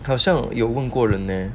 好像有问过人 eh